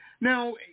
Now